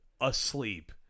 asleep